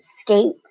skate